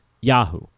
Yahoo